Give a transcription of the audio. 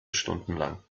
stundenlang